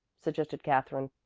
suggested katherine.